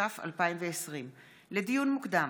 התש"ף 2020. לדיון מוקדם,